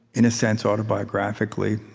in a sense, autobiographically.